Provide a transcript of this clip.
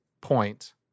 point